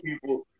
people